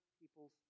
people's